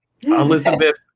Elizabeth